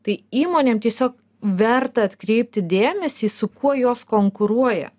tai įmonėm tiesiog verta atkreipti dėmesį su kuo jos konkuruoja